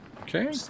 Okay